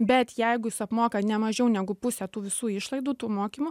bet jeigu jis apmoka ne mažiau negu pusę tų visų išlaidų tų mokymų